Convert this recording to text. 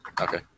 Okay